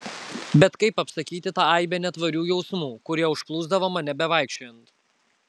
bet kaip apsakyti tą aibę netvarių jausmų kurie užplūsdavo mane bevaikščiojant